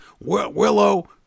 Willow